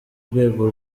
rwego